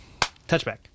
touchback